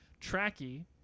Tracky